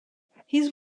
his